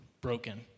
broken